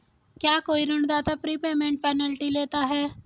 क्या कोई ऋणदाता प्रीपेमेंट पेनल्टी लेता है?